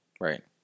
Right